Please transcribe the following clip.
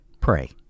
pray